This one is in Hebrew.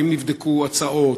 האם נבדקו הצעות?